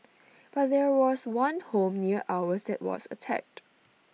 but there was one home near ours that was attacked